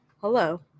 Hello